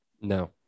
No